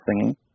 singing